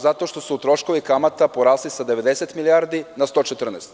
Zato što su troškovi kamata porasli sa 90 milijardi na 114.